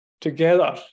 together